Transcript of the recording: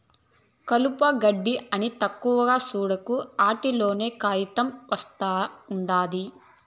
కలప, గెడ్డి అని తక్కువగా సూడకు, ఆటిల్లోంచే కాయితం ఒస్తా ఉండాది